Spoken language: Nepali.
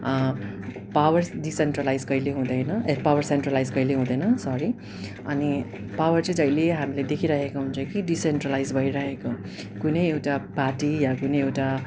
पावर्स डिसेन्ट्रलाइज कहिल्यै हुँदैन ए पावर सेन्ट्रलाइज कहिल्यै हुँदैन सरी अनि पावर चाहिँ जहिल्यै हामीले देखिरहेको हुन्छ कि डिसेन्ट्रलाइज भइरहेको कुनै एउटा पार्टी या कुनै एउटा